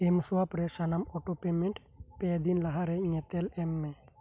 ᱮᱢᱥᱳᱣᱟᱯ ᱨᱮ ᱥᱟᱱᱟᱢ auto payment ᱯᱮ ᱫᱤᱱ ᱞᱟᱦᱟᱨᱮ ᱧᱮᱛᱮᱞ ᱮᱢ ᱢᱮ